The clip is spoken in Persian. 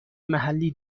محلی